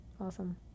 Awesome